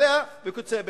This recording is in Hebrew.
לסמליה וכיוצא באלה.